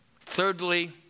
Thirdly